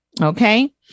Okay